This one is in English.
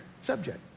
subject